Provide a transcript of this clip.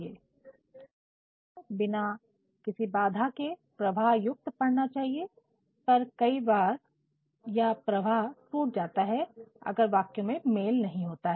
पाठक को बिना किसी बाधा के प्रवाह युक्त पढ़ना चाहिए पर कई बार यह प्रवाह टूट जाता है अगर वाक्यों में मेल नहीं होता है